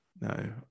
no